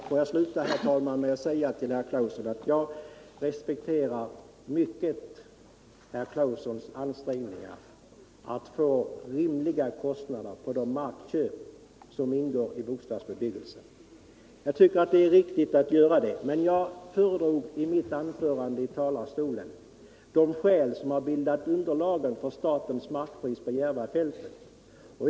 Till herr Claeson vill jag säga att jag har stor respekt för hans ansträngningar att få rimliga kostnader för de markköp som behövs för bostadsbebyggelse. Jag tror att det är riktigt att göra det. Men jag föredrog i mitt anförande från talarstolen de skäl som har bildat underlagen till statens markpris på Järvafältet.